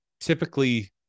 typically